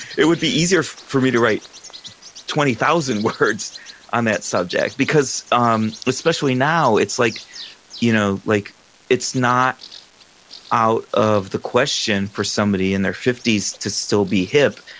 it would be easier for me to write twenty thousand words on that subject. because, um especially now, it's like you know like it's not out of the question for somebody in their fifty s to still be hip.